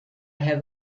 have